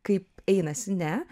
kaip einasi ne